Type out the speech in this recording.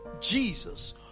Jesus